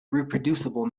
reproducible